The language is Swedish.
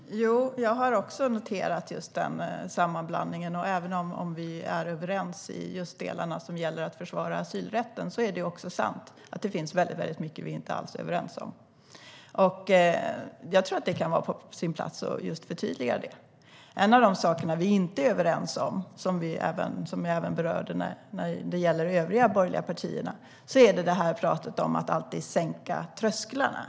Herr talman! Jag har också noterat den sammanblandningen. Även om vi är överens i just de delar som gäller att försvara asylrätten är det sant att det finns väldigt mycket vi inte alls är överens om. Jag tror att det kan vara på sin plats att förtydliga det. En av de saker vi inte är överens om och som jag även berörde när det gäller de övriga borgerliga partierna är pratet om att alltid sänka trösklarna.